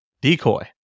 decoy